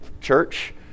Church